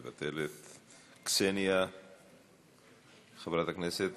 מוותרת, חברת הכנסת